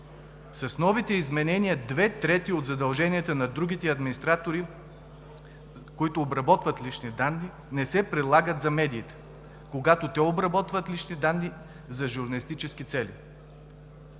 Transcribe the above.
С новите изменения две трети от задълженията на другите администратори, които обработват лични данни, не се прилагат за медиите, когато те обработват лични данни за журналистически цели.